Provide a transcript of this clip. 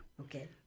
Okay